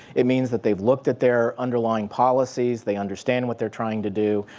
it means that they've looked at their underlying policies. they understand what they're trying to do.